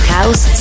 House